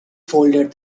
folded